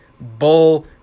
bull